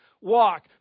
Walk